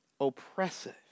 oppressive